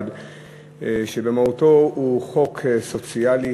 במהותו הוא חוק סוציאלי,